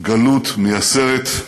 גלות מייסרת,